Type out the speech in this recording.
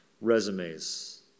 resumes